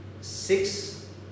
six